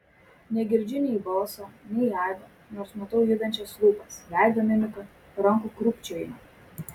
negirdžiu nei balso nei aido nors matau judančias lūpas veido mimiką rankų krūpčiojimą